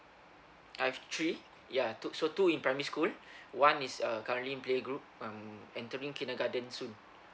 I've three ya two so two in primary school one is uh currently play group um entering kindergarten soon